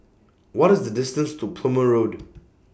What IS The distance to Plumer Road